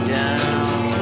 down